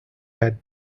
had